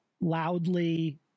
loudly